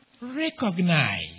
recognize